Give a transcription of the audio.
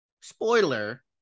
spoiler